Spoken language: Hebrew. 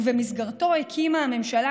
ובמסגרתו הקימה הממשלה,